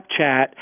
Snapchat